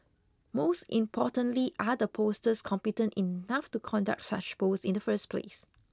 most importantly are the pollsters competent enough to conduct such polls in the first place